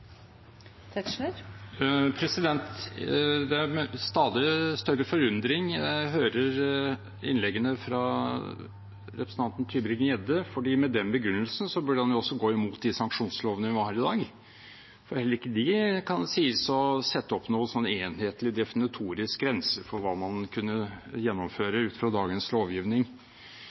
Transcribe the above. med stadig større forundring jeg hører innleggene fra representanten Tybring-Gjedde, for med den begrunnelsen burde han jo også gå imot de sanksjonslovene vi har i dag. Heller ikke de kan sies å sette opp noen enhetlig, definitorisk grense for hva man kunne gjennomføre ut fra dagens lovgivning.